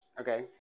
Okay